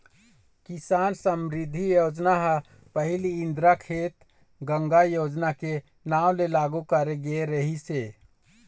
किसान समरिद्धि योजना ह पहिली इंदिरा खेत गंगा योजना के नांव ले लागू करे गे रिहिस हे